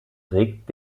regt